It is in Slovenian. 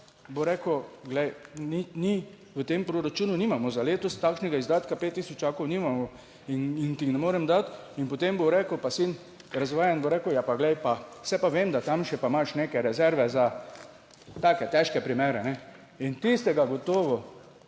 Bo rekel, glej, niti ni v tem proračunu, nimamo za letos takšnega izdatka pet tisočakov nimamo in ti ne morem dati. In potem bo rekel, sin razvajen, bo rekel, ja, pa glej, pa saj pa vem, da tam še pa imaš neke rezerve za take težke primere. In tistega gotovo,